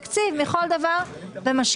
ברגע שלוקחים תקציב לכל דבר ומשקיעים